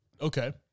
okay